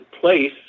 place